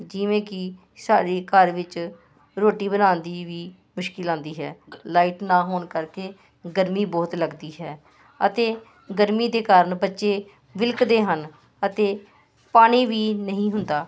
ਜਿਵੇਂ ਕਿ ਸਾਡੇ ਘਰ ਵਿੱਚ ਰੋਟੀ ਬਣਾਉਣ ਦੀ ਵੀ ਮੁਸ਼ਕਿਲ ਆਉਂਦੀ ਹੈ ਲਾਈਟ ਨਾ ਹੋਣ ਕਰਕੇ ਗਰਮੀ ਬਹੁਤ ਲੱਗਦੀ ਹੈ ਅਤੇ ਗਰਮੀ ਦੇ ਕਾਰਨ ਬੱਚੇ ਵਿਲਕਦੇ ਹਨ ਅਤੇ ਪਾਣੀ ਵੀ ਨਹੀਂ ਹੁੰਦਾ